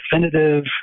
definitive